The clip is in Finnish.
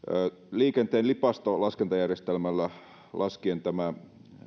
liikenteen lipasto laskentajärjestelmällä laskien tämä